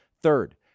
Third